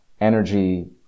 energy